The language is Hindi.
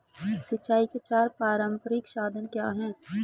सिंचाई के चार पारंपरिक साधन क्या हैं?